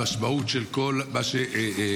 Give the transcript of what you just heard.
המשמעות של כל מה ששאלתי,